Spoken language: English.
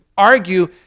argue